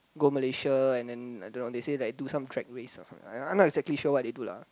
go Malaysia and then I don't know they say like do some track race or something I'm not exactly sure what they do lah